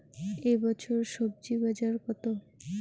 এ বছর স্বজি বাজার কত?